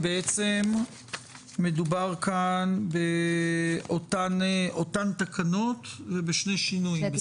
מדובר כאן באותן תקנות ובשני שינויים.